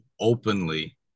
openly